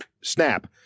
snap